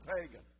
pagan